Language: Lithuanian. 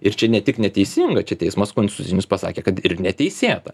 ir čia ne tik neteisinga čia teismas konstitucinius pasakė kad ir neteisėta